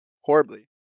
horribly